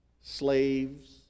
slaves